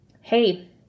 hey